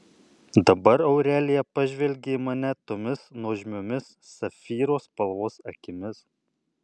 dabar aurelija pažvelgė į mane tomis nuožmiomis safyro spalvos akimis